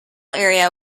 area